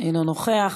אינו נוכח,